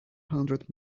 hundred